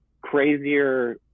crazier